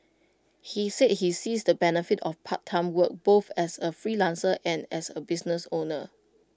he said he sees the benefit of part time work both as A freelancer and as A business owner